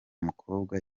mukobwa